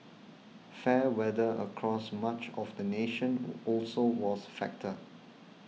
fair weather across much of the nation all also was factor